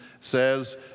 says